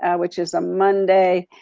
which is a monday,